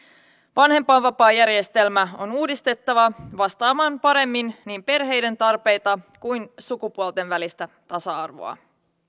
vanhempainvapaajärjestelmä on uudistettava vastaamaan paremmin niin perheiden tarpeita kuin sukupuolten välistä tasa arvoa